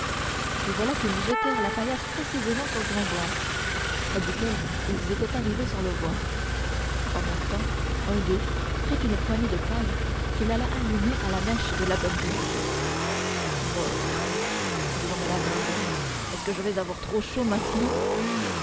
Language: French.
et voilà qu'ils jetèrent la paillasse précisément sur gringoire près duquel ils étaient arrivés sans le voir en même temps un d'eux prit une poignée de paille qu'il alla allumer à la mèche de la bonne vierge mort christ grommela gringoire est-ce que je vais avoir trop chaud maintenant